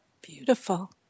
Beautiful